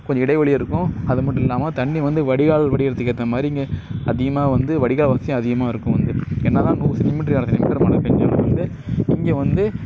கொஞ்சம் இடைவெளி இருக்கும் அது மட்டும் இல்லாமல் தண்ணி வந்து வடிகால் வடியுறதுக்கு ஏற்ற மாதிரி இங்கே அதிகமாக வடிகால் வசதியும் அதிகமாக இருக்கும் என்ன தான் நூறு சென்டிமீட்டரு இருநூறு சென்டிமீட்டரு மழை பேய்ஞ்சாலும் வந்து இங்கே வந்து